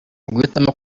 uguhitamo